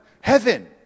heaven